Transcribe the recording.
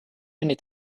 many